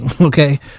okay